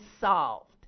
solved